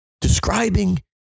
describing